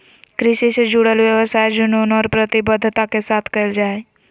कृषि से जुडल व्यवसाय जुनून और प्रतिबद्धता के साथ कयल जा हइ